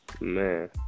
Man